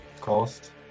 cost